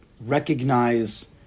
recognize